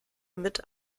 mit